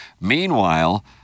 Meanwhile